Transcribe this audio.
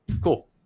cool